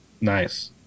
Nice